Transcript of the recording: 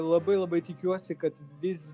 labai labai tikiuosi kad vis